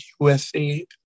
USA